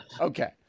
Okay